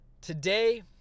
Today